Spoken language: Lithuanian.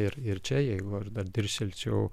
ir ir čia jeigu aš dar dirstelčiau